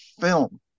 film